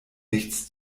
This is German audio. nichts